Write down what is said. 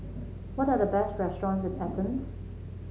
what are the best restaurants in Athens